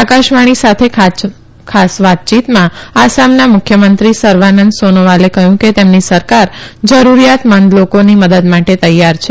આકાશવાણી સાથે ખાસ વાતચીતમાં આસામના મુખ્યમંત્રી સર્વાનંદ સોનોવાલે કહ્યું કે તેમની સરકાર જરૂરીયાતમંદ લોકોની મદદ માટે તૈયાર છે